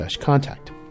contact